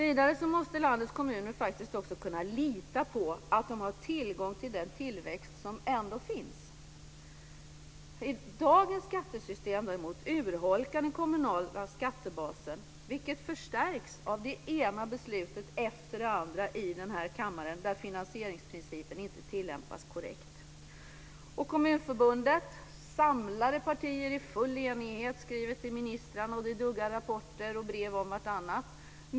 Vidare måste landets kommuner kunna lita på att de har tillgång till den tillväxt som ändå finns. Dagens skattesystem urholkar den kommunala skattebasen, vilket förstärks av det ena beslutet efter det andra i denna kammare där finansieringsprincipen inte tillämpas korrekt. Kommunförbundet och samlade partier skriver till ministrarna, och det duggar rapporter och brev om vartannat.